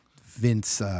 Vince